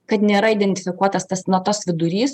kad nėra identifikuotas tas na tas vidurys